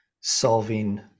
solving